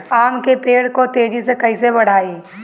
आम के पेड़ को तेजी से कईसे बढ़ाई?